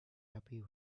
happy